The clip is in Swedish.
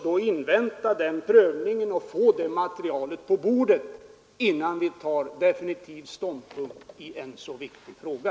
Låt oss invänta den prövningen och få det materialet på bordet innan vi tar definitiv ställning i en så viktig fråga!